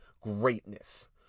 greatness